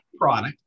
product